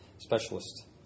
specialist